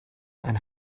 and